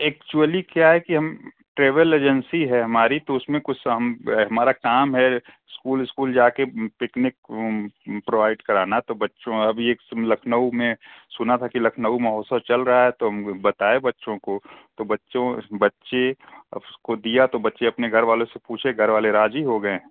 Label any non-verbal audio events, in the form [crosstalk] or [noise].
actually क्या है कि हम ट्रैवल एजेंसी है हमारी तो उसमें कुछ हम हमारा काम है स्कूल इस्कूल जाके पिकनिक प्रोवाइड कराना तो बच्चों अभी एक लखनऊ में सुना था कि लखनऊ महोत्सव चल रहा है तो हम बताए बच्चों को तो बच्चों बच्चे [unintelligible] उसको दिया तो बच्चे अपने घरवालों से पूछे घरवाले राज़ी हो गए हैं